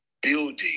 building